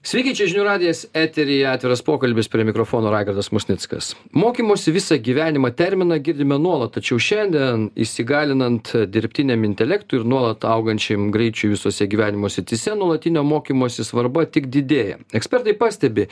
sveiki čia žinių radijas eteryje atviras pokalbis prie mikrofono raigardas musnickas mokymosi visą gyvenimą terminą girdime nuolat tačiau šiandien įsigalinant dirbtiniam intelektui ir nuolat augančiam greičiui visose gyvenimo srityse nuolatinio mokymosi svarba tik didėja ekspertai pastebi